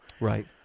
right